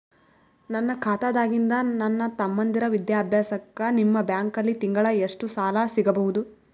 ನನ್ನ ಖಾತಾದಾಗಿಂದ ನನ್ನ ತಮ್ಮಂದಿರ ವಿದ್ಯಾಭ್ಯಾಸಕ್ಕ ನಿಮ್ಮ ಬ್ಯಾಂಕಲ್ಲಿ ತಿಂಗಳ ಎಷ್ಟು ಸಾಲ ಸಿಗಬಹುದು?